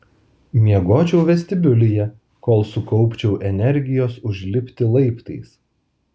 miegočiau vestibiulyje kol sukaupčiau energijos užlipti laiptais